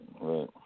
Right